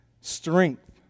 strength